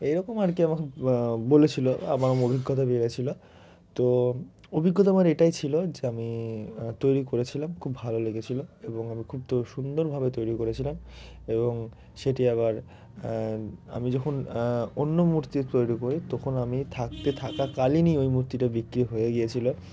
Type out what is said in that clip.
এইরকম আর কি আমাকে বলেছিলো আমার আমার অভিজ্ঞতা বেড়েছিলো তো অভিজ্ঞতা আমার এটাই ছিলো যে আমি তৈরি করেছিলাম খুব ভালো লেগেছিলো এবং আমি খুব তো সুন্দরভাবে তৈরি করেছিলাম এবং সেটি আবার আমি যখন অন্য মূর্তি তৈরি করি তখন আমি থাকতে থাকাকালীনই ওই মূর্তিটা বিক্রি হয়ে গিয়েছিলো